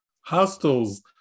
Hostels